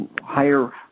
higher